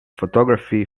photography